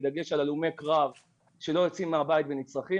בדגש על הלומי קרב שלא יוצאים מהבית ונצרכים.